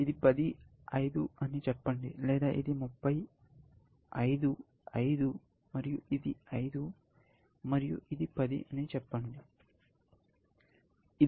ఇది 10 5 అని చెప్పండి లేదా ఇది 30 5 5 మరియు ఇది 5 మరియు ఇది 10 అని చెప్పండి